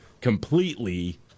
completely